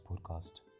Podcast